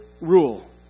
rule